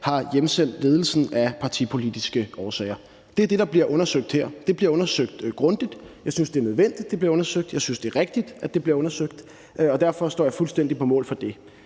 »har hjemsendt ledelsen af partipolitiske årsager« . Det er det, der bliver undersøgt her. Det bliver undersøgt grundigt. Jeg synes, det er nødvendigt, at det bliver undersøgt, jeg synes, det er rigtigt, at det bliver undersøgt, og derfor står jeg fuldstændig på mål for det.